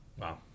Wow